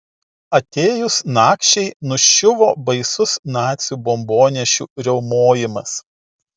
atėjus nakčiai nuščiuvo baisus nacių bombonešių riaumojimas